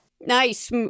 Nice